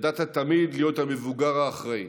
ידעת תמיד להיות המבוגר האחראי.